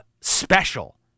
special